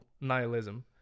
nihilism